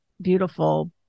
beautiful